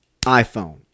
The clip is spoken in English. iPhone